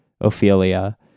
ophelia